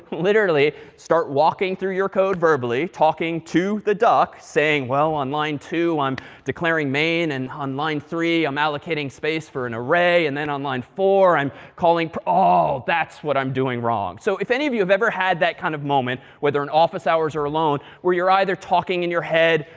literally, start walking through your code verbally, talking to the duck saying, well, online two, i'm declaring main, and on line three, i'm allocating space for an array. and then, on line four, i'm calling ah! that's what i'm doing wrong. so if any of you have ever had that kind of moment, whether in office hours, or alone, where you're either talking in your head,